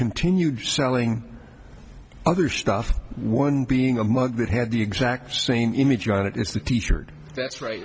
continued selling other stuff one being a mug that had the exact same image on it is the teacher that's right